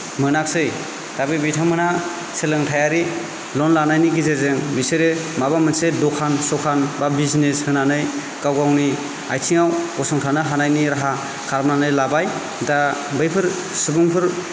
मोनासै दा बे बिथांमोना सोलोंथाइयारि लन लानायनि गेजेरजों बिसोरो माबा मोनसे दखान सखान बा बिजनेस होनानै गाव गावनि आथिंआव गसंथानो हानायनि राहा खालामनानै लाबाय दा बैफोर सुबुंफोर